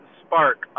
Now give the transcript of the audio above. spark